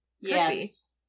Yes